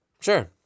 Sure